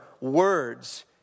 words